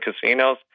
casinos